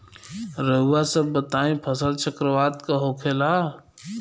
रउआ सभ बताई फसल चक्रवात का होखेला?